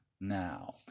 now